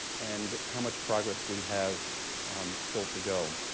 and how much progress we have still to go.